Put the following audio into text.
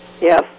Yes